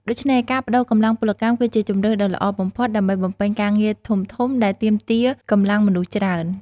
ដូច្នេះ ការប្តូរកម្លាំងពលកម្មគឺជាជម្រើសដ៏ល្អបំផុតដើម្បីបំពេញការងារធំៗដែលទាមទារកម្លាំងមនុស្សច្រើន។